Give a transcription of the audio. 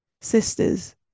Sisters